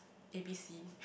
A B C